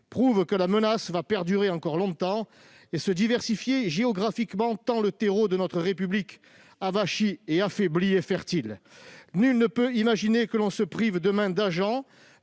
prouve que la menace va perdurer encore longtemps et se diversifier géographiquement, tant le terreau de notre République, avachie ... Avachie ?... et affaiblie, est fertile. Nul ne peut imaginer que l'on se prive demain d'agents